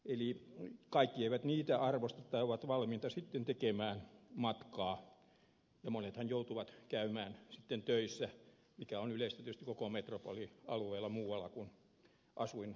eli kaikki eivät niitä arvosta tai he ovat valmiita sitten tekemään matkaa ja monethan joutuvat käymään töissä muualla kuin asuinkunnassaan mikä on yleistä tietysti koko metropolialueella